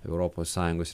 europos sąjungos